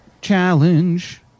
challenge